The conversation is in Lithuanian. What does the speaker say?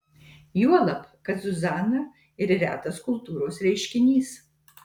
juolab kad zuzana ir retas kultūros reiškinys